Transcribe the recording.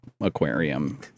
aquarium